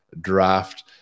draft